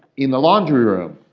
in the laundry room,